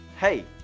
hey